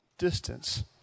Distance